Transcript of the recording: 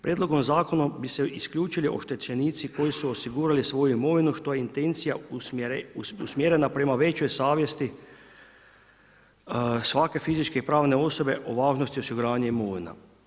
Prijedlogom Zakona bi se isključili oštećenici koji su osigurali svoju imovinu što je intencija usmjerena prema većoj savjesti svake fizičke i pravne osobe o važnosti osiguranja imovina.